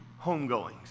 homegoings